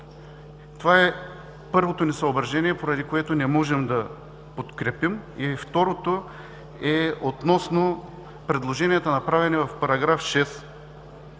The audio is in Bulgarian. Това е първото ни съображение, поради което не можем да подкрепим. Второто е относно предложенията, направени в § 6,